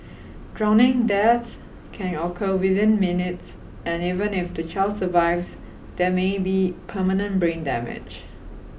drowning deaths can occur within minutes and even if the child survives there may be permanent brain damage